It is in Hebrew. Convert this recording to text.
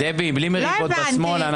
דבי, בלי מריבות בשמאל.